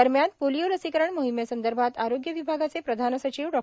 दरम्यान पोलिओ लसीकरण मोहिमेसंदर्भात आरोग्य विभागाचे प्रधान सचिव डॉ